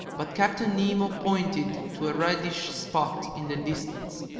but captain nemo pointed to a reddish spot in the distance,